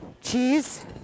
cheese